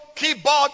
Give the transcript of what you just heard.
Keyboard